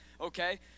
okay